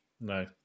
No